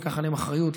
ניקח עליהן אחריות,